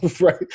right